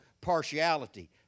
partiality